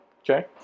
Okay